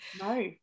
no